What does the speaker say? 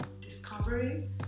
discovery